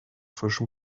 frischem